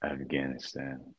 Afghanistan